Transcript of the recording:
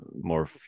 more